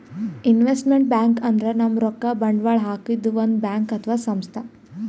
investment bank ಅಂದ್ರ ನಮ್ ರೊಕ್ಕಾ ಬಂಡವಾಳ್ ಹಾಕದ್ ಒಂದ್ ಬ್ಯಾಂಕ್ ಅಥವಾ ಸಂಸ್ಥಾ